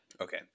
Okay